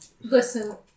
listen